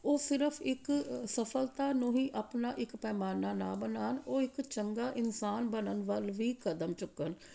ਉਹ ਸਿਰਫ ਇੱਕ ਸਫਲਤਾ ਨੂੰ ਹੀ ਆਪਣਾ ਇੱਕ ਪੈਮਾਨਾ ਨਾ ਬਣਾਉਣ ਉਹ ਇੱਕ ਚੰਗਾ ਇਨਸਾਨ ਬਣਨ ਵੱਲ ਵੀ ਕਦਮ ਚੁੱਕਣ